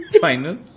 final